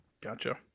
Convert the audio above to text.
Gotcha